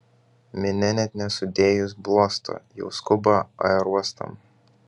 minia net nesudėjus bluosto jau skuba aerouostan